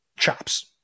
chops